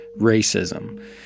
racism